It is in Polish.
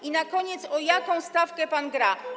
I na koniec: O jaką stawkę pan gra?